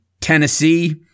Tennessee